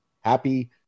happy